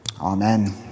Amen